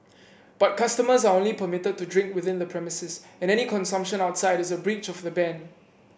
but customers are only permitted to drink within the premises and any consumption outside is a breach of the ban